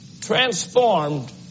Transformed